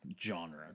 Genre